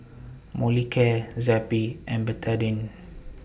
Molicare Zappy and Betadine